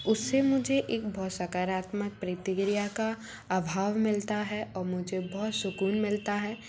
उससे मुझे एक बहुत सकारात्मक प्रतिक्रिया का अभाव मिलता है और मुझे बहुत सुकून मिलता है